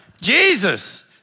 Jesus